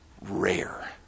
rare